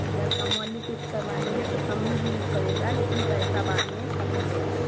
अगर कम वाली किस्त करवाएंगे तो कम भी पड़ेगा लेकिन पैसा बाद में कम मिलेगा